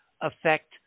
affect